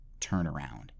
turnaround